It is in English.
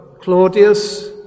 Claudius